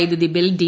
വൈദ്യുതി bill D